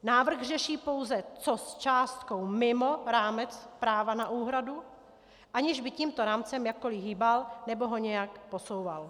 Návrh řeší pouze, co s částkou mimo rámec práva na úhradu, aniž by tímto rámcem jakkoli hýbal nebo ho nějak posouval.